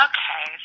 Okay